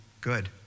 good